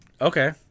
okay